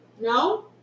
No